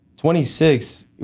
26